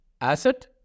asset